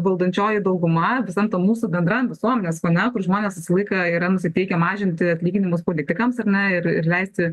valdančioji dauguma visam tam mūsų bendram visuomenės fone kur žmonės visą laiką yra nusiteikę mažinti atlyginimus politikams ar ne ir ir leisti